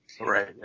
Right